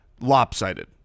lopsided